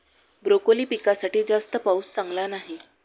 broccoli पिकासाठी जास्त पाऊस चांगला नाही